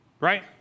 Right